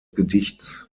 gedichts